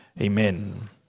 amen